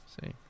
see